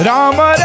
Rama